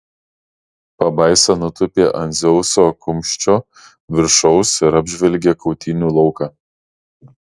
pabaisa nutūpė ant dzeuso kumščio viršaus ir apžvelgė kautynių lauką